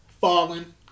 Falling